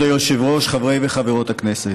כבוד היושב-ראש, חברי וחברות הכנסת,